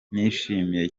nishimiye